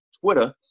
Twitter